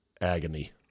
agony